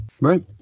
Right